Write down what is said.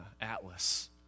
Atlas